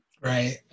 Right